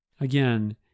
Again